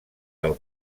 del